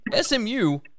SMU